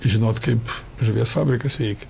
žinot kaip žuvies fabrikas veikia